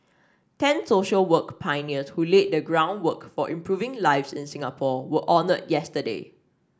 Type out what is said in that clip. ten social work pioneers who laid the groundwork for improving lives in Singapore were honoured yesterday